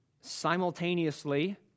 simultaneously